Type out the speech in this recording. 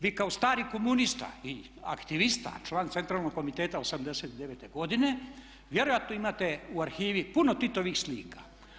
Vi kao stari komunista i aktivista, član centralnog komiteta '89. godine vjerojatno imate u arhivi puno Titovih slika.